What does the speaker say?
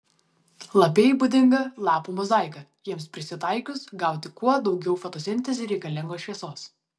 lapijai būdinga lapų mozaika jiems prisitaikius gauti kuo daugiau fotosintezei reikalingos šviesos